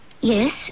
yes